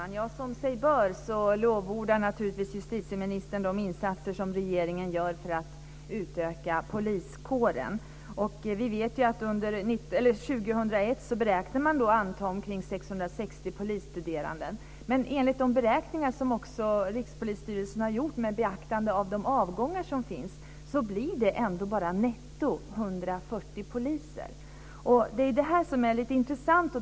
Fru talman! Som sig bör lovordar naturligtvis justitieministern de insatser som regeringen gör för att utöka poliskåren. Vi vet att man år 2001 beräknar att anta omkring 660 polisstuderande. Men enligt de beräkningar som Rikspolisstyrelsen har gjort med beaktande av de avgångar som sker blir det ändå bara Det är detta som är lite intressant.